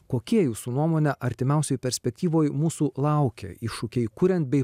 kokie jūsų nuomone artimiausioj perspektyvoj mūsų laukia iššūkiai kuriant bei